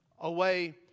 away